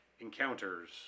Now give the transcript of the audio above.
encounters